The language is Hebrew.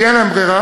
כי אין להם ברירה,